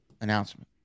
announcement